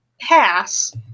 pass